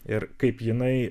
ir kaip jinai